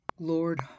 Lord